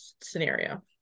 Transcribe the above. scenario